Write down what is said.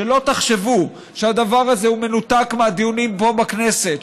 שלא תחשבו שהדבר הזה הוא מנותק מהדיונים פה בכנסת,